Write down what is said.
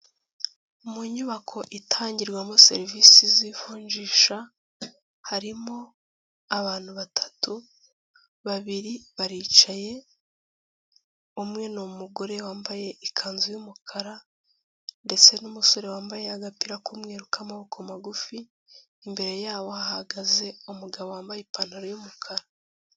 Mu nyubako itangirwamo serivisi z'ivunjisha, harimo abantu batatu, babiri baricaye, umwe ni umugore wambaye ikanzu y'umukara ndetse n'umusore wambaye agapira k'umweru k'amaboko magufi, imbere yabo hahagaze umugabo wambaye ipantaro y'umukara.